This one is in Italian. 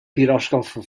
piroscafo